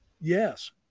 Yes